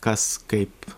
kas kaip